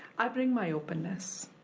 i bring my openness.